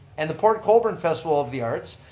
and the port colborne festival of the arts,